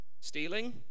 Stealing